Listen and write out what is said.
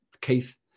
Keith